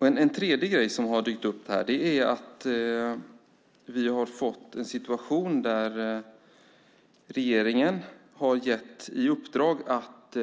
Ytterligare en sak som dykt upp är att vi nu har fått en situation där regeringen har gett ett uppdrag som